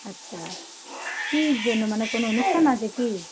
আচ্ছা কী জন্য মানে কোনো অনুষ্ঠান আছে কি